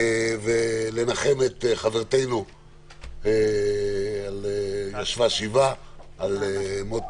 ולנחם את חברתנו טלי פלוסקוב, על מות